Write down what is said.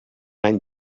any